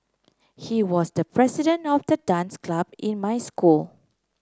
he was the president of the dance club in my school